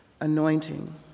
anointing